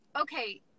okay